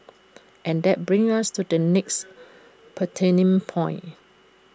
and that brings us to the next pertinent point